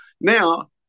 Now